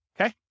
Okay